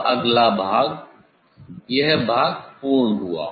अब अगला भाग यह भाग पूर्ण हुआ